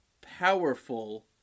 powerful